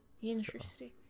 interesting